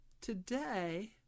Today